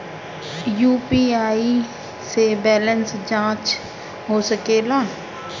UPI से balance जाँच हो सके ला?